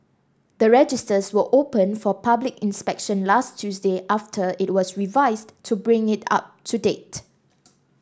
the registers were opened for public inspection last Tuesday after it was revised to bring it up to date